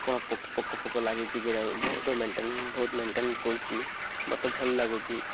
କ'ଣ ପୋକ ଫୋକ ଲାଗିଛିକି ନାଇଁ ବହୁତ ମେଣ୍ଟେନ୍ ବହୁତ ମେଣ୍ଟେନ୍ କରୁଛି ମତେ ଭଲ୍ ଲାଗୁଛି